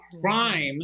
crime